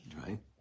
Right